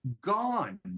gone